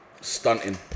Stunting